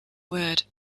word